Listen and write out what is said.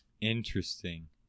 interesting